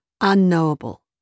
unknowable